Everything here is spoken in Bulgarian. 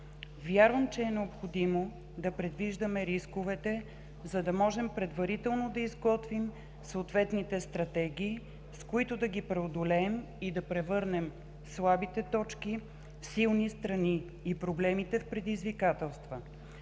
Вярвам, че е необходимо да предвиждаме рисковете, за да можем предварително да изготвим съответните стратегии, с които да ги преодолеем и да превърнем слабите точки в силни страни и проблемите в предизвикателства.